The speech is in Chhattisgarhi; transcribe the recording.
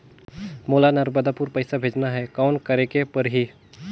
मोला नर्मदापुर पइसा भेजना हैं, कौन करेके परही?